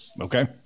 Okay